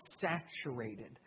saturated